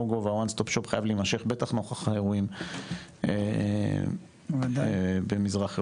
GO וה-ONE STOP SHOP חייב להימשך נוכח האירועים האחרונים במזרח אירופה.